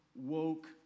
woke